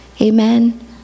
Amen